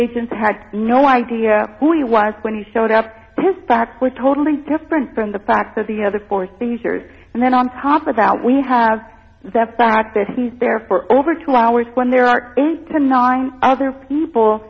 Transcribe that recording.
patients had no idea who he was when he showed up his back was totally different from the fact that the other four theaters and then on top of that we have the fact that he's there for over two hours when there are eight to nine other people